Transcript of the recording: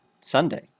Sunday